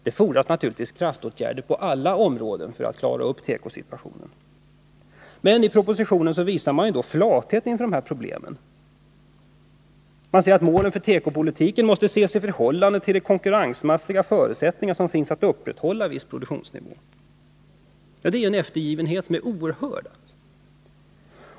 Det fordras naturligtvis kraftåtgärder på alla områden för att klara upp tekosituationen. I propositionen visas i stället flathet inför problemen. Man säger att målet för tekopolitiken måste ses i förhållande till de konkurrensmässiga förutsättningar som finns att upprätthålla en viss produktionsnivå. Det är en eftergivenhet som är oerhörd.